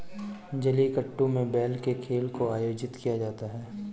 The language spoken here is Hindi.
जलीकट्टू में बैल के खेल को आयोजित किया जाता है